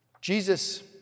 Jesus